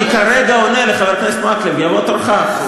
אני כרגע עונה לחבר הכנסת מקלב, יבוא תורך.